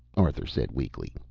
arthur said weakly.